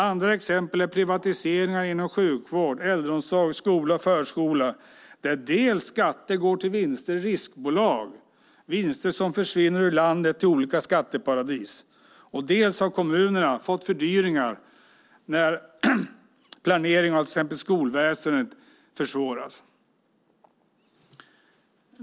Andra exempel är privatiseringarna inom sjukvård, äldreomsorg, skola och förskola där skatter går till vinster i riskbolag - vinster som försvinner ur landet till olika skatteparadis - och att kommuner fått fördyringar när planeringen av till exempel skolväsendet försvåras.